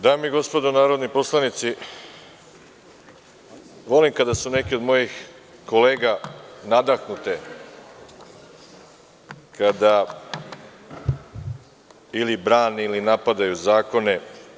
Dame i gospodo narodni poslanici, volim kada su neke od mojih kolega nadahnute, kada ili brane ili napadaju zakone.